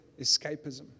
escapism